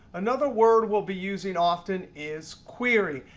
another word we'll be using often is query.